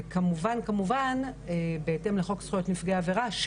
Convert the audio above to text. וכמובן בהתאם לחוק זכויות נפגעי עבירה,